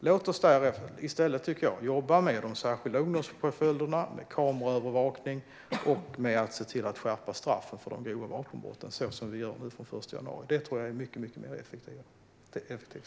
Låt oss i stället jobba med de särskilda ungdomspåföljderna, med kameraövervakning och med att se till att skärpa straffen för de grova vapenbrotten, så som vi gör nu från den 1 januari! Det tror jag är mycket mer effektivt.